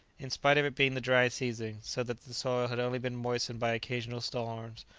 in spite of it being the dry season, so that the soil had only been moistened by occasional storms,